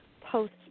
post